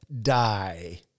die